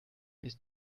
ist